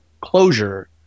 closure